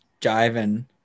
jiving